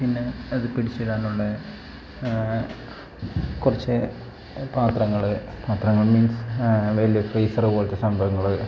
പിന്നെ അത് പിടിച്ചു ഇടാനുള്ള കുറച്ചു പാത്രങ്ങൾ പാത്രങ്ങൾ മീൻസ് വലിയ ഫ്രീസറ് പോലത്തെ സംഭവങ്ങൾ